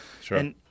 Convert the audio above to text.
Sure